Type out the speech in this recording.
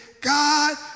God